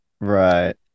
right